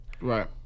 right